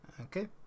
Okay